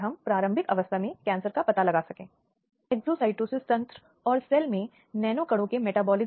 महिलाओं और बाल विकास ने संकेत दिया कि 53 ने किसी न किसी रूप में यौन शोषण की सूचना दी